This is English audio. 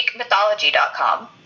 GreekMythology.com